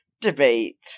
Debate